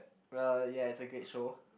uh ya it's a great show